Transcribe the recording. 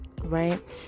right